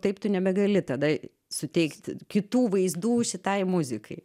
taip tu nebegali tada suteikti kitų vaizdų šitai muzikai